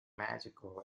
magical